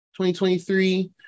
2023